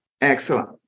Excellent